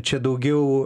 čia daugiau